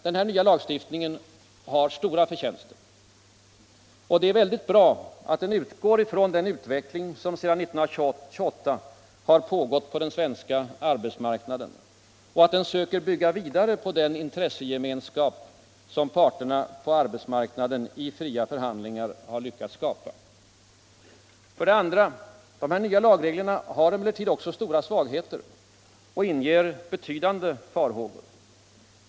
Den nya lagstiftningen har stora förtjänster. Det är väldigt bra att den utgår från den utveckling som sedan 1928.pågått på den svenska arbetsmarknaden och att den söker bygga vidare på den intressegemenskap som parterna på arbetsmarknaden i fria förhandlingar har lyckats skapa. 2. De nya lagreglerna har emellertid också stora svagheter och inger betydande farhågor.